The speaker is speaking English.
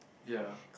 ya